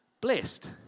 blessed